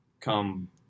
come